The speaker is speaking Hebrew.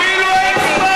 זמן.